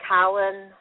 Colin